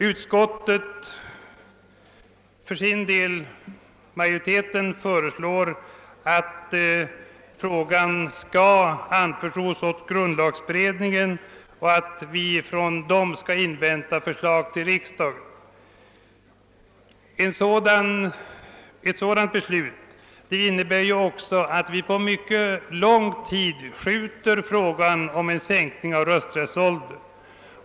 Utskottsmajoriteten föreslår att frågan skall anförtros åt grundlagberedningen och att vi skall invänta förslag därifrån till riksdagen. Ett sådant beslut innebär att vi för mycket lång tid uppskjuter avgörandet i frågan om en sänkning av rösträttsåldern.